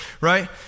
Right